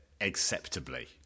acceptably